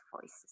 voices